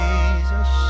Jesus